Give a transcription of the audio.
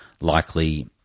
likely